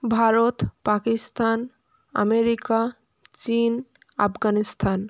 Bharat Pakistan America চীন আফগানিস্থান